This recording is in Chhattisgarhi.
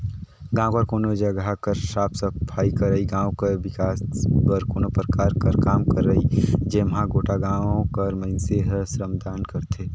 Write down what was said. गाँव कर कोनो जगहा कर साफ सफई करई, गाँव कर बिकास बर कोनो परकार कर काम करई जेम्हां गोटा गाँव कर मइनसे हर श्रमदान करथे